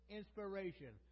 inspiration